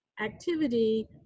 activity